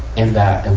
in that and